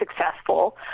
successful